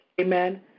amen